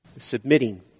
Submitting